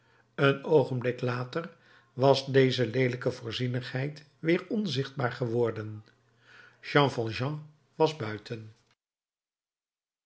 een oogenblik later was deze leelijke voorzienigheid weer onzichtbaar geworden jean valjean was buiten